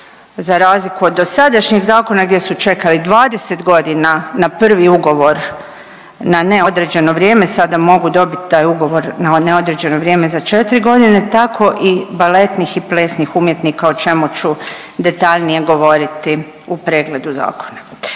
za razliku od dosadašnjeg zakona gdje su čekali 20 godina na prvi ugovor na neodređeno vrijeme, sada mogu dobit taj ugovor na neodređeno vrijeme za 4 godine, tako i baletnih i plesnih umjetnika, o čemu ću detaljnije govoriti u pregledu zakona.